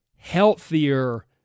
healthier